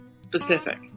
specific